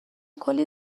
کلی